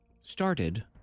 Started